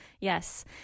Yes